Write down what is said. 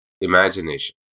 imagination